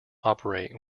operate